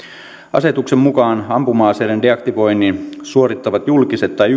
asetuksen mukaan ampuma aseiden deaktivoinnin suorittavat julkiset tai